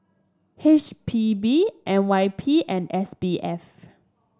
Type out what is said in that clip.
H P B N Y P and S B F